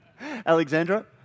Alexandra